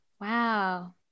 Wow